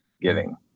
giving